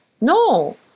no